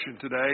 today